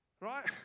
Right